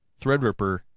Threadripper